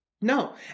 No